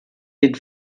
den